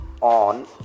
on